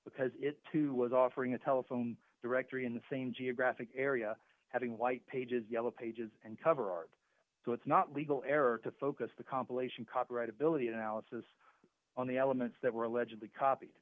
because it too was offering a telephone directory in the same geographic area having white pages yellow pages and cover art so it's not legal error to focus the compilation copyright ability analysis on the elements that were allegedly copied